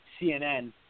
CNN